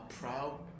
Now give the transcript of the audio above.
proud